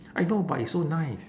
I know but it's so nice